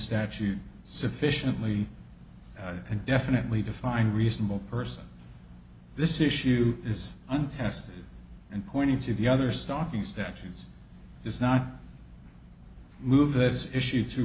statute sufficiently and definitely define reasonable person this issue is untested and pointing to the other stalking statutes does not move this issue to